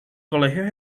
colegios